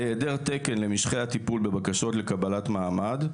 העדר תקן למשכי הטיפול בבקשות לקבלת מעמד,